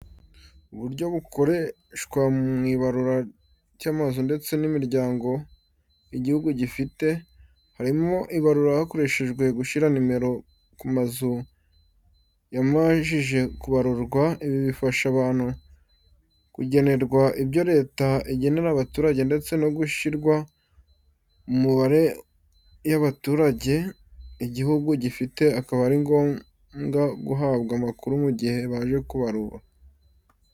Uburyo bukoreshwa mu ibarura ry’amazu ndetse n’imiryango igihugu gifite, harimo ibarura hakoreshejwe gushyira numero ku mazu yamajije kubarurwa ibi bifasha abantu kugenerwa ibyo leta igenera abaturage ndetse no gushyirwa mu mubare y'abaturage igihugu gifite akaba ari ngobwa guhabwa amakuru mu gihe baje kubarura.